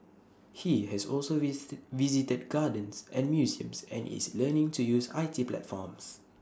he has also visited gardens and museums and is learning to use I T platforms